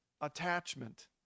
attachment